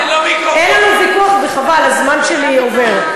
אין לנו ויכוח, וחבל, הזמן שלי עובר.